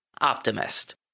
optimist